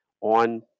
on